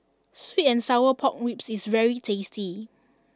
Sweet and Sour Pork Ribs is very tasty